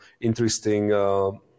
interesting